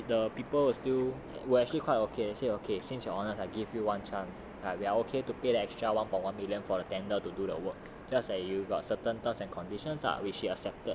but then the the people were still who are actually quite okay actually okay since you're honest I give you one chance we are okay to pay the extra one point one million for the tender to do the work just like you got certain terms and conditions ah which he accepted